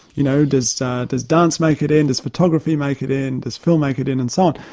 you know, does does dance make it in, does photography make it in, does film make it in, and so on.